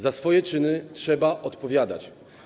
Za swoje czyny trzeba odpowiadać.